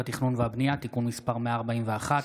מס' 141),